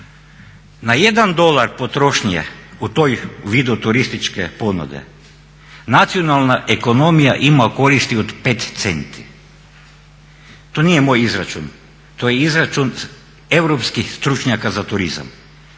Na 1 dolar potrošnje u tom vidu turističke ponude nacionalna ekonomija ima koristi od 5 centi. To nije moj izračun, to je izračun europskih stručnjaka za turizam.